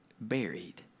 buried